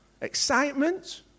Excitement